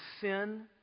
sin